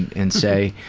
and say,